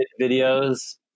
videos